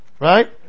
right